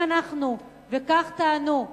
אם אנחנו, וכך טענו,